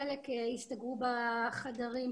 חלק הסתגרו בחדרים,